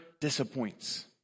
disappoints